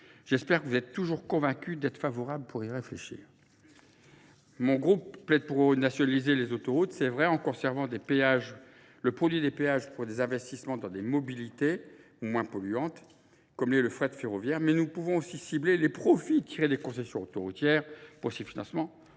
J'espère que vous êtes toujours convaincu d'être favorable pour y réfléchir. Mon groupe plaît pour renationaliser les autoroutes, c'est vrai, en conservant le produit des péages pour des investissements dans des mobilités moins polluantes, comme l'est le fret ferroviaire. Mais nous pouvons aussi cibler les profits tirés des concessions autoroutières, pour si financement,